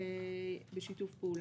בשיתוף פעולה.